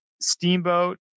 Steamboat